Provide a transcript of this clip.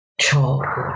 childhood